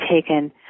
taken